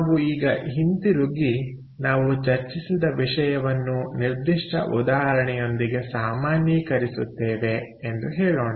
ನಾವು ಈಗ ಹಿಂತಿರುಗಿ ನಾವು ಚರ್ಚಿಸಿದ ವಿಷಯವನ್ನು ನಿರ್ದಿಷ್ಟ ಉದಾಹರಣೆಯೊಂದಿಗೆ ಸಾಮಾನ್ಯೀಕರಿಸುತ್ತೇವೆ ಎಂದು ಹೇಳೋಣ